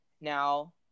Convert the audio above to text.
now